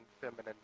Feminine